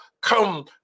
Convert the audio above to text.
come